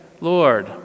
Lord